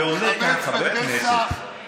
ועולה כאן חבר כנסת, חמץ בפסח?